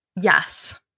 Yes